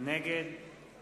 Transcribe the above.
נגד